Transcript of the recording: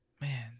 man